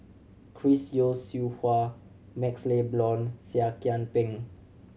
Chris Yeo Siew Hua MaxLe Blond Seah Kian Peng